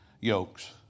yokes